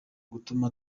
gutuma